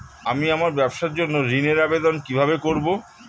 আমি আমার ব্যবসার জন্য ঋণ এর আবেদন কিভাবে করব?